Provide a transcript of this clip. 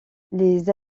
les